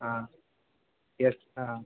यत्